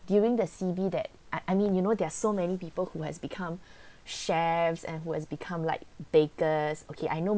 during the C_V that I I mean you know there are so many people who has become chef and who has become like baker's okay I know